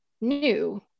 new